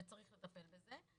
וצריך לטפל בזה,